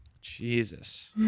Jesus